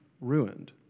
ruined